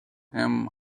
him